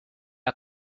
are